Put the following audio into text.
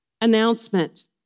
announcement